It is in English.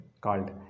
called